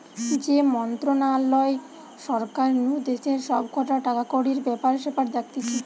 যে মন্ত্রণালয় সরকার নু দেশের সব কটা টাকাকড়ির ব্যাপার স্যাপার দেখতিছে